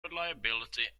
reliability